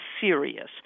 serious